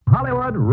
Hollywood